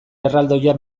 erraldoia